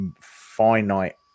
finite